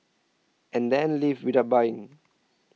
and then leave without buying